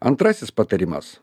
antrasis patarimas